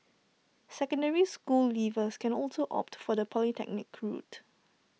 secondary school leavers can also opt for the polytechnic route